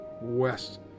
west